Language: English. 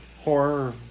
horror